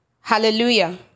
Hallelujah